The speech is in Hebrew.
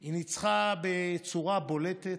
היא ניצחה בצורה בולטת,